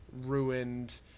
ruined